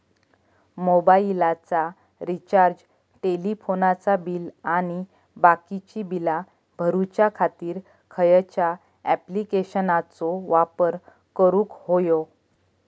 मोबाईलाचा रिचार्ज टेलिफोनाचा बिल आणि बाकीची बिला भरूच्या खातीर खयच्या ॲप्लिकेशनाचो वापर करूक होयो?